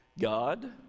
God